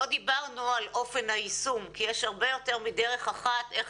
לא דיברנו על אופן היישום כי יש הרבה יותר מדרך אחת איך